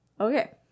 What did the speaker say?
Okay